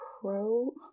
pro